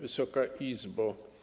Wysoka Izbo!